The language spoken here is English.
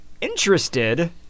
interested